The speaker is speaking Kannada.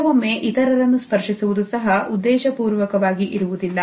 ಕೆಲವೊಮ್ಮೆ ಇತರರನ್ನು ಸ್ಪರ್ಶಿಸುವುದು ಸಹ ಉದ್ದೇಶಪೂರ್ವಕವಾಗಿ ಇರುವುದಿಲ್ಲ